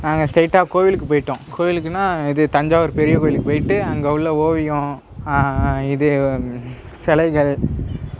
நாங்க ஸ்ட்ரெயிட்டாக கோயிலுக்கு போயிட்டோம் கோயிலுக்கான இது தஞ்சாவூர் பெரிய கோயிலுக்கு போயிட்டு அங்கே உள்ள ஓவியம் இது சிலைகள்